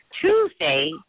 Tuesday